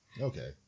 Okay